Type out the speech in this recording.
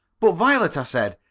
but, violet, i said,